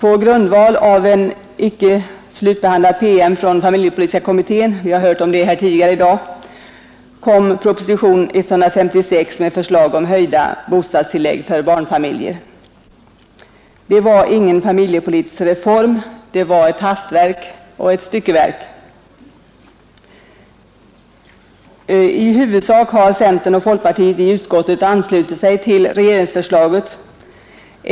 På grundval av en icke slutbehandlad PM från familjepolitiska kommittén — vi har hört om detta tidigare i dag — utarbetades proposition nr 156 med förslag om höjda bostadstillägg för barnfamiljer. Det var ingen familjepolitisk reform — det var ett hastverk och ett styckeverk. I huvudsak har centern och folkpartiet i utskottet anslutit sig till regeringsförslaget.